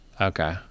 Okay